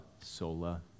sola